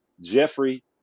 Jeffrey